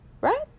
right